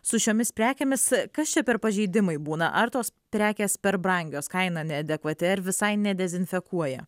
su šiomis prekėmis kas čia per pažeidimai būna ar tos prekės per brangios kaina neadekvati ar visai nedezinfekuoja